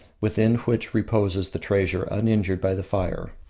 within which reposes the treasure uninjured by the fire.